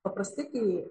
paprastai kai